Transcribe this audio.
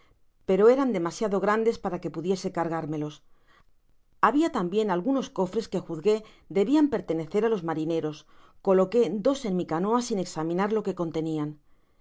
pero eran demasiado grandes para que pudiese cargármelos habia tambien algunos cofres que juzgué debian pertenecer á los marineros coloqué dos en mi canoa sin examinar lo que contenian